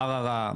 בערערה,